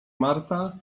marta